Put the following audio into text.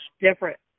different